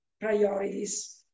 priorities